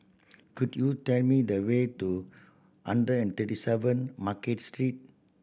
could you tell me the way to hundred and thirty seven Market Street